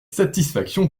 satisfaction